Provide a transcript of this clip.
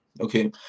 Okay